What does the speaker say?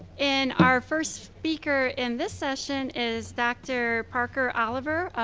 and our first speaker in this session is dr. parker oliver,